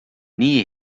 nii